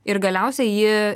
ir galiausiai ji